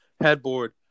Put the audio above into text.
headboard